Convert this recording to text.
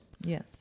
Yes